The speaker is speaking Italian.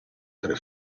tre